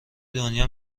دنیا